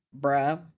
Bruh